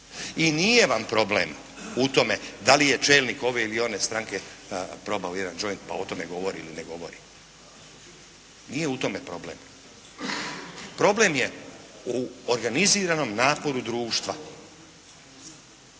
I nije vam problem u tome da li je čelnik ove ili one stranke probao jedan joint pa o tome govori ili ne govori. Nije u tome problem. Problem je u organiziranom naporu društva.